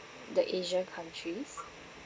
the asia countries